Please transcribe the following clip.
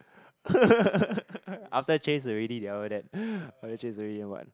after chase already then after that after chase already then what